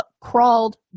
crawled